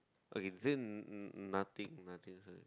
okay is it nothing nothing